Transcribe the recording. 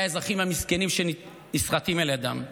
האזרחים המסכנים שנסחטים על ידיהם,